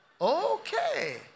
Okay